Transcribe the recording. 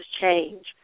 change